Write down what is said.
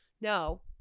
No